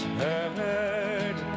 heard